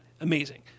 amazing